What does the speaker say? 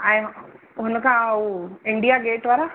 ऐं हुन खा हू इंडिया गेट वारा